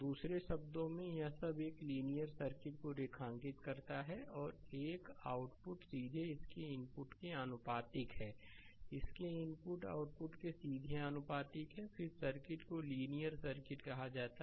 दूसरे शब्दों में यह सब एक लीनियर सर्किट को रेखांकित करता है एक आउटपुट सीधे इसके इनपुट के आनुपातिक है इसके इनपुट आउटपुट के सीधे आनुपातिक है फिर सर्किट को लीनियर सर्किट कहा जाता है